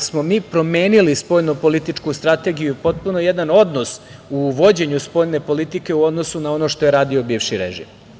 smo mi promenili spoljnopolitičku strategiju i potpuno jedan odnos u vođenje spoljne politike u odnosu na ono što je radio bivši režim.